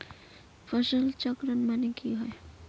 फसल चक्रण माने की होय?